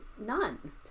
none